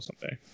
someday